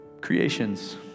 creations